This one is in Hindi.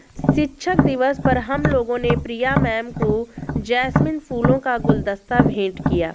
शिक्षक दिवस पर हम लोगों ने प्रिया मैम को जैस्मिन फूलों का गुलदस्ता भेंट किया